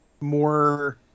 more